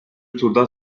turda